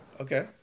Okay